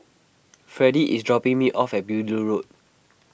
Freddy is dropping me off at Beaulieu Road